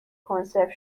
کنسرو